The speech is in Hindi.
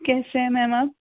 कैसे हैं मैम आप